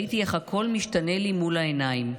ראיתי איך הכול משתנה לי מול העיניים.